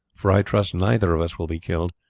for i trust neither of us will be killed.